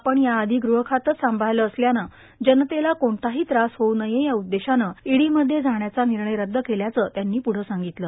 आपण याआधी गृहखातं सांभाळ्लं असल्यानं जनतेला कोणताही त्रास होऊ नये या उद्देशानं ईडीमध्ये जाण्याचा विर्णय रद्द केल्याचं त्यांनी पुढं सांगितलं